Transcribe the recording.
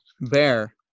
Bear